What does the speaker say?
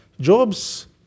Job's